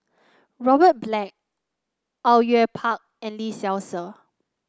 Robert Black Au Yue Pak and Lee Seow Ser